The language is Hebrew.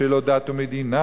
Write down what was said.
בשאלות דת ומדינה,